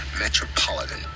Metropolitan